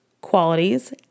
qualities